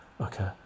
okay